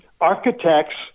Architects